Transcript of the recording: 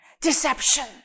Deception